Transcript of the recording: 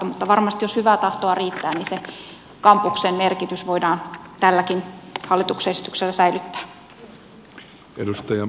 mutta varmasti jos hyvää tahtoa riittää se kampuksen merkitys voidaan tälläkin hallituksen esityksellä säilyttää